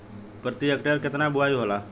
प्रति हेक्टेयर केतना बुआई होला?